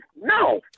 No